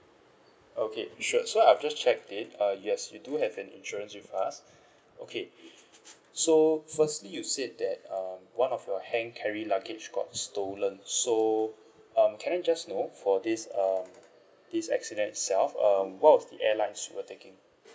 okay sure so I've just checked it uh yes you do have an insurance with us okay so firstly you said that um one of your hand carry luggage got stolen so um can I just know for this um this accident itself um what were the airlines you were taking